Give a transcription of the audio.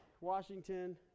Washington